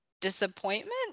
disappointment